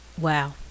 Wow